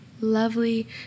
lovely